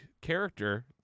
character